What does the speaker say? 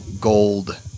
gold